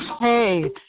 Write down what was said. Hey